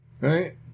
right